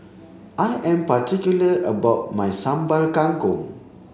I am particular about my Sambal Kangkong